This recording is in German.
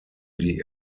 die